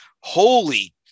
holy